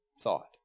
thought